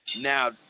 Now